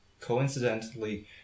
coincidentally